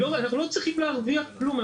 אנחנו לא צריכים להרוויח כלום.